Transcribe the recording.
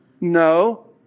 No